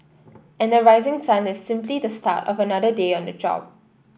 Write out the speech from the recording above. and the rising sun is simply the start of another day on the job